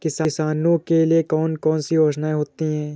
किसानों के लिए कौन कौन सी योजनायें होती हैं?